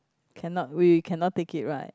cannot we cannot take it right